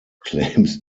claims